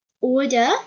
order